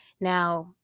Now